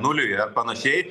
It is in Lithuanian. nuliui ar panašiai